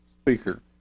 speaker